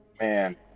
man